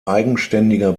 eigenständiger